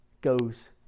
goes